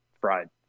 fried